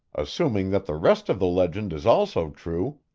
assuming that the rest of the legend is also true,